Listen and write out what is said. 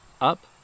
up